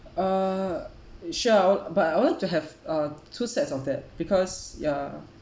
uh sure I will but I would like to have uh two sets of that because ya